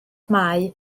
mae